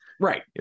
Right